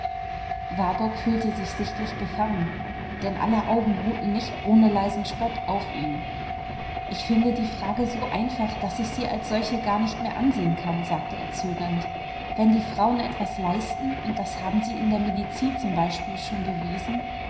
warburg fühlte sich sichtlich befangen denn aller augen ruhten nicht ohne leisen spott auf ihm ich finde die frage so einfach daß ich sie als solche gar nicht mehr ansehen kann sagte er zögernd wenn die frauen etwas leisten und das haben sie in der medizin zum beispiel schon bewiesen